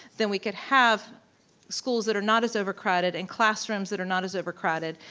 then we could have schools that are not as overcrowded and classrooms that are not as overcrowded,